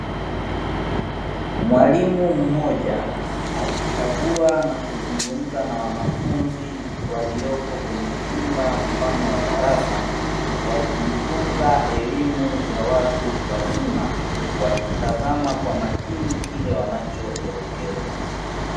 Mwalimu mmoja akikagua na kuzungumza na wanafunzi walioko katika chumba mfano wa darasa wakijifunza elimu ya watu wazima, wakitazama kwa makini kile ambapo wanaelekezwa.